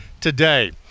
today